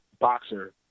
boxer